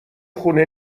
خونه